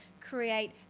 create